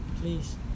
Please